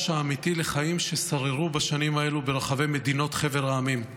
האמיתי לחיים ששררו בשנים האלה ברחבי חבר המדינות,